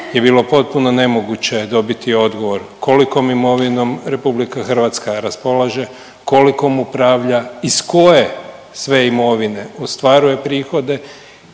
je bilo potpuno nemoguće dobiti odgovor, kolikom imovinom RH raspolaže, kolikom upravlja, iz koje sve imovine ostvaruje prihode